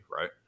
right